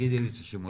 תגידי לי את השמות.